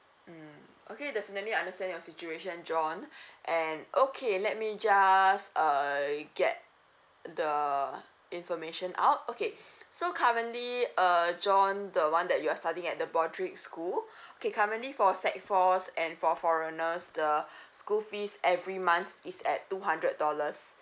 mm okay definitely understand your situation john and okay let me just uh get the information out okay so currently uh john the one that you are studying at the broadrick school okay currently for sec four and for foreigners the school fees every month it's at two hundred dollars